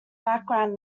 background